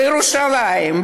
בירושלים,